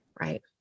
Right